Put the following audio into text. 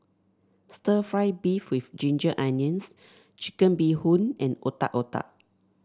stir fry beef with Ginger Onions Chicken Bee Hoon and Otak Otak